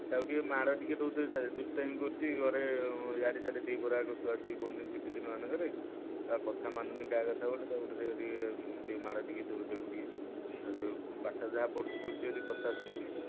ତାକୁ ଟିକିଏ ମାଡ଼ ଟିକିଏ ଦେଉଥିବେ ସାରେ ଦୁଷ୍ଟାମି କରୁଛି ଘରେ ଇଆଡ଼େ ସିଆଡ଼େ ଦିପ୍ରହରଯାକ ଶୁଆ ସୁଇ କରୁନି ଛୁଟି ଦିନ ମାନଙ୍କରେ କାହା କଥା ମାନୁନି କାହା କଥା ଗୋଟେ ତାକୁ ଟିକିଏ ଟିକିଏ ମାଡ଼ ଟିକିଏ ଦେବେ ତାକୁ ଟିକିଏ ଆଉ ପାଠ ଯାହା ପଢୁଛି ପଢୁଛି ବୋଲି କଥା ଶୁଣୁନି